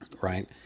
right